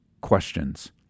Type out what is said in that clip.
questions